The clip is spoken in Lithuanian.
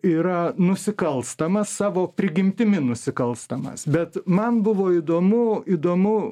yra nusikalstamas savo prigimtimi nusikalstamas bet man buvo įdomu įdomu